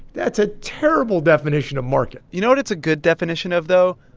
that's a terrible definition of market you know what it's a good definition of, though?